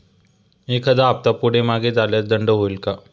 एखादा हफ्ता पुढे मागे झाल्यास दंड होईल काय?